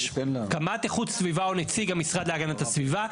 קמ"ט איכות סביבה הוא נציג המשרד להגנת הסביבה.